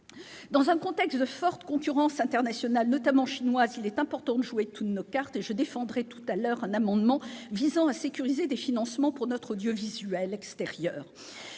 Dans un contexte de forte concurrence internationale, notamment chinoise, il est important de jouer toutes nos cartes. Je défendrai tout à l'heure un amendement visant à sécuriser des financements pour notre audiovisuel extérieur.